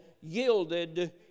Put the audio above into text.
yielded